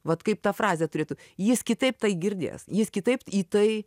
vat kaip ta frazė turėtų jis kitaip tai girdės jis kitaip į tai